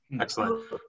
Excellent